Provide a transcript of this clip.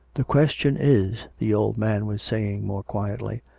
the question is, the old man was saying more quietly,